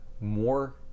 more